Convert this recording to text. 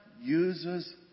uses